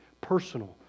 personal